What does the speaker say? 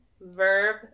Verb